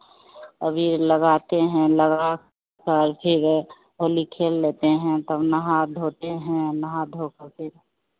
अबीर लगाते हैं लगाकर फिर होली खेल लेते हैं तब नहा धोते हैं नहा धोकर के